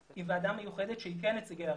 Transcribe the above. היא ועדה מיוחדת שהיא כן נציגי הרשימות.